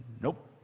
nope